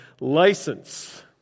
license